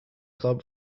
club